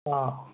ಹಾಂ